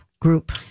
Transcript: group